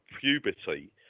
puberty